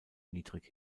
niedrig